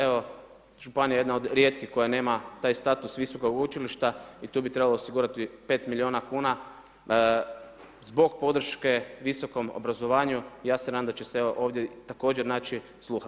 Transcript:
Evo, županija je jedna od rijetkih koja nema, taj status visokog učilišta i tu bi trebalo osigurati 5 milijuna kn, zbog podrške visokom obrazovanju, ja se nadam da će se evo ovdje također naći sluha.